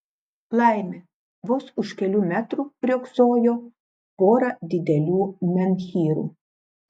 laimė vos už kelių metrų riogsojo pora didelių menhyrų